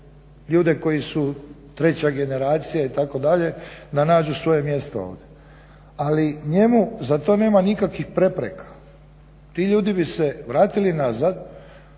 ljude koji su treća generacija itd. da nađu svoje mjesto ovdje. Ali njemu za to nema nikakvih prepreka, ti ljudi bi se vratili nazad